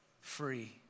free